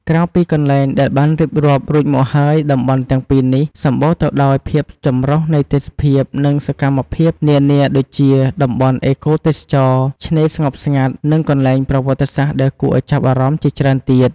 ក្រៅពីកន្លែងដែលបានរៀបរាប់រួចមកហើយ តំបន់ទាំងពីរនេះសម្បូរទៅដោយភាពចម្រុះនៃទេសភាព និងសកម្មភាពនានាដូចជា តំបន់អេកូទេសចរណ៍ ឆ្នេរស្ងប់ស្ងាត់ និងកន្លែងប្រវត្តិសាស្ត្រដែលគួរឲ្យចាប់អារម្មណ៍ជាច្រើនទៀត។